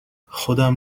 خودم